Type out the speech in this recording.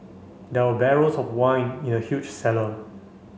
there were barrels of wine in a huge cellar